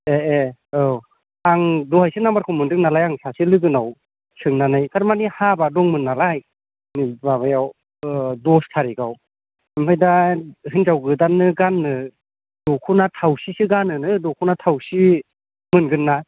ए ए औ आं दहायसो नाम्बारखौ मोनदों नालाय आं सासे लोगोनाव सोंनानै तारमाने हाबा दंमोन नालाय ओ माबायाव ओ दस तारिखाव ओमफ्राय दा हिनजाव गोदाननो गाननो दख'ना थावसिसो गानोनो दख'ना थावसि मोनगोन ना